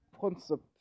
concept